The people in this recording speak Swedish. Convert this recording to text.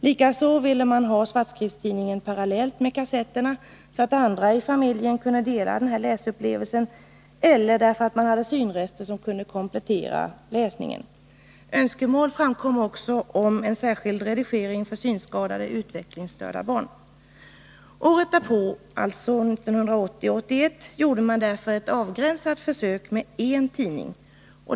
Likaså ville man ha svartskriftstidningen parallellt med kassetter för att andra i familjen skulle kunna dela läsupplevelsen eller därför'att man hade synrester som kunde komplettera läsningen. Önskemål framkom också om särskild redigering för synskadade utvecklingsstörda barn. Året därpå, alltså 1980/81, gjorde man därför ett avgränsat försök med en tidning.